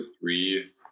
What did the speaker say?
three